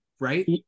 Right